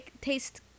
taste